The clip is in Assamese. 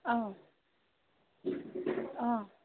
অঁ অঁ